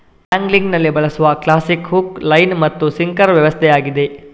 ಆಂಗ್ಲಿಂಗಿನಲ್ಲಿ ಬಳಸಲಾಗುವ classic hook, line ಮತ್ತು sinker ವ್ಯವಸ್ಥೆಯಾಗಿದೆ